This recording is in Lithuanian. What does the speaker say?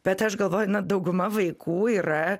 bet aš galvoju na dauguma vaikų yra